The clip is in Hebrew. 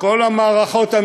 כל המערכות,